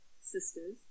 sisters